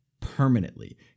permanently